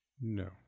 No